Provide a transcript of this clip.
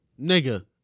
nigga